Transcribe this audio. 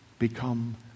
become